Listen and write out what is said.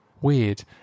weird